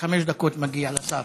עד חמש דקות מגיעות לשר.